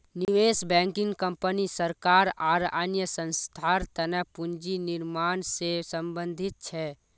निवेश banking company सरकार आर अन्य संस्थार तने पूंजी निर्माण से संबंधित छे